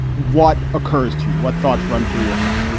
what occurs to you? what thoughts run through your head?